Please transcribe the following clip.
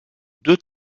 deux